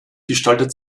gestaltet